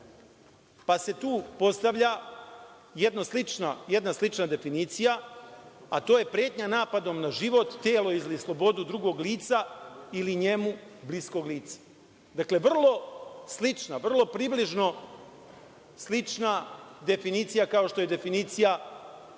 pa se tu postavlja jedna slična definicija, a to je pretnja napadom na život, telo i slobodu drugog lica ili njemu bliskog lica. Dakle, vrlo slična, vrlo približno slična definicija kao što je definicija